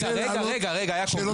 רגע, רגע, יעקב.